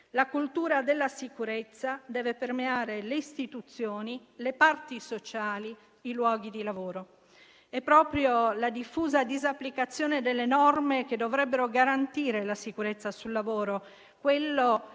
La cultura della sicurezza deve permeare le istituzioni, le parti sociali, i luoghi di lavoro. È proprio la diffusa disapplicazione delle norme che dovrebbero garantire la sicurezza sul lavoro